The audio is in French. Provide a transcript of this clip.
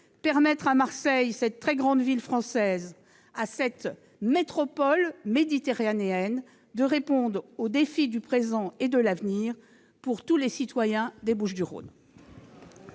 permettre à Marseille, à cette très grande ville française, à cette métropole méditerranéenne, de répondre aux défis du présent et de l'avenir pour tous les citoyens des Bouches-du-Rhône.